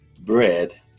bread